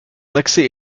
accès